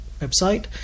website –